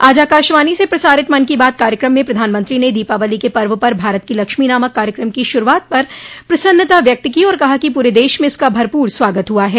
आज आकाशवाणी से प्रसारित मन की बात कार्यक्रम में प्रधानमंत्री ने दीपावली के पर्व पर भारत की लक्ष्मी नामक कार्यक्रम की शुरूआत पर प्रसन्नता व्यक्त की और कहा कि पूरे देश में इसका भरपूर स्वागत हुआ है